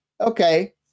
Okay